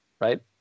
Right